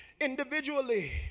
individually